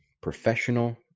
Professional